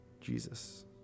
Jesus